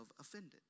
offended